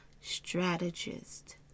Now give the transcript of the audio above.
Strategist